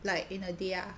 like in a day ah